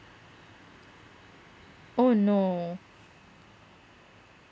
oh no